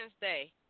Day